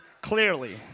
clearly